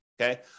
okay